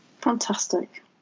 Fantastic